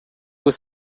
was